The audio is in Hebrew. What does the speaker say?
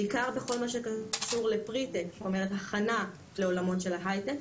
בעיקר בכל מה שקשור להכנה לעולמות ההייטק.